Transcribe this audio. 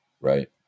Right